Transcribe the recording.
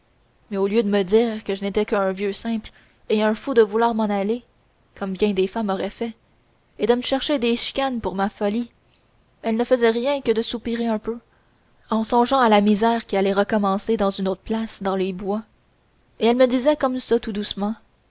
mais au lieu de me dire que je n'étais qu'un vieux simple et un fou de vouloir m'en aller comme bien des femmes auraient fait et de me chercher des chicanes pour ma folie elle ne faisait rien que soupirer un peu en songeant à la misère qui allait recommencer dans une autre place dans les bois et elle me disait comme ça tout doucement